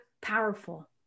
powerful